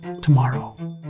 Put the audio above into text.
tomorrow